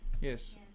Yes